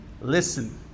listen